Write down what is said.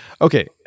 Okay